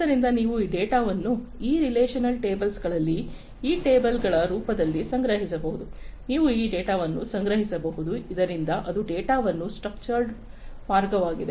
ಆದ್ದರಿಂದ ನೀವು ಈ ಡೇಟಾವನ್ನು ಈ ರಿಲೇಶನಲ್ ಟೇಬಲ್ಸ್ಗಳಲ್ಲಿ ಈ ಟೇಬಲ್ಸ್ ಗಳ ರೂಪದಲ್ಲಿ ಸಂಗ್ರಹಿಸಬಹುದು ನೀವು ಈ ಡೇಟಾವನ್ನು ಸಂಗ್ರಹಿಸಬಹುದು ಇದರಿಂದ ಅದು ಡೇಟಾವನ್ನು ಸಂಗ್ರಹಿಸುವ ಸ್ಟ್ರಕ್ಚರ್ಡ ಮಾರ್ಗವಾಗಿದೆ